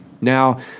Now